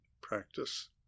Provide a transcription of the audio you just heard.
practice